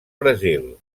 brasil